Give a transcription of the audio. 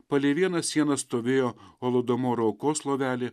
palei vieną sieną stovėjo holodomoro aukos lovelė